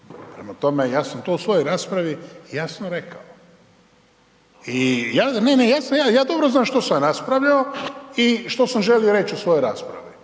Prema tome, ja sam to u svojoj raspravi jasno rekao. I ja, ne, ne, ja dobro znam što sam raspravljao i što sam želio reći u svojoj raspravi.